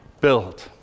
build